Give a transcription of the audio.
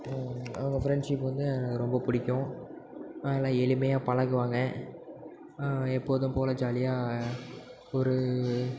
அவங்க ஃப்ரெண்ட்ஷிப் வந்து எனக்கு ரொம்ப பிடிக்கும் அவங்க எளிமையாக பழகுவாங்க எப்போதும் போல் ஜாலியாக ஒரு